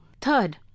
Third